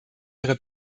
ihre